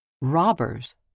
robbers